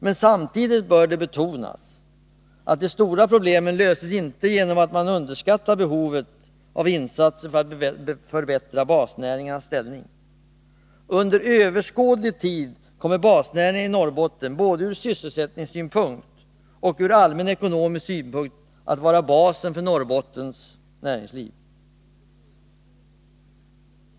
Men samtidigt bör det betonas att de stora problemen inte löses genom att man underskattar behovet av insatser för att förbättra basnäringarnas ställning. Under överskådlig tid kommer basnäringarna i Norrbotten både från sysselsättningssynpunkt och från allmän ekonomisk synpunkt att vara basen för Norrbottens näringsliv.